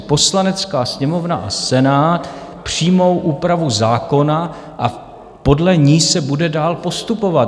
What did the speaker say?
Poslanecká sněmovna a Senát přijmou úpravu zákona a podle ní se bude dál postupovat.